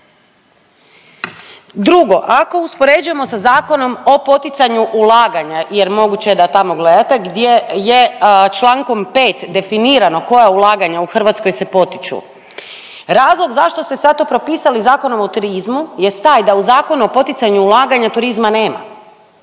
Drugo ako uspoređujemo sa Zakonom o poticanju ulaganja jer moguće je da tamo gledate gdje je člankom 5. definirano koja ulaganja u Hrvatskoj se potiču. Razlog zašto ste sad to propisali Zakonom o turizmu jest taj da u Zakonu o poticanju ulaganja turizma nema,